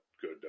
good